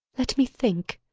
let me think!